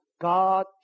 God